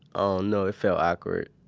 ah know. it felt awkward.